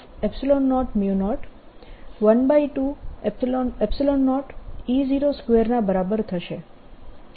જે 100120E02 ના બરાબર થશે